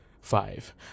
five